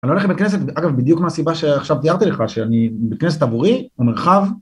אני לא הולך לבית כנסת, אגב בדיוק מהסיבה שעכשיו תיארתי לך, שאני... בית כנסת עבורי... הוא מרחב...